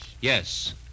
Yes